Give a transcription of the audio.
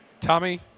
Tommy